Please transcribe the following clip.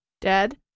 Dead